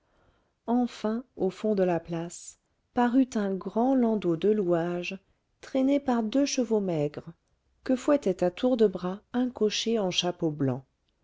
enfin au fond de la place parut un grand landau de louage traîné par deux chevaux maigres que fouettait à tour de bras un cocher en chapeau blanc